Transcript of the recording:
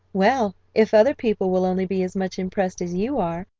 well, if other people will only be as much impressed as you are,